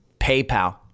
PayPal